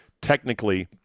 technically